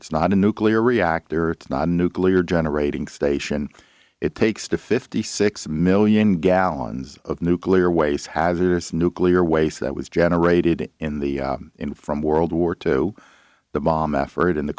it's not a nuclear reactor it's not a nuclear generating station it takes to fifty six million gallons of nuclear waste hazardous nuclear waste that was generated in the in from world war two the bomb effort in the